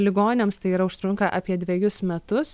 ligoniams tai yra užtrunka apie dvejus metus